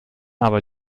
aber